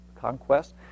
conquest